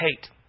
hate